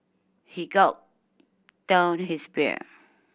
he gulped down his beer